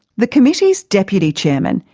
the committee's deputy chairman,